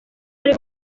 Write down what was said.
ari